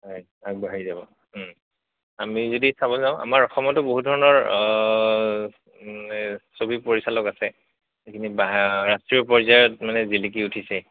হয় আগবাঢ়ি যাব আমি যদি চাব যাওঁ আমাৰ অসমতো বহুত ধৰণৰ ছবি পৰিচালক আছে যিখিনি ৰাষ্ট্ৰীয় পৰ্যায়ত মানে জিলিকি উঠিছে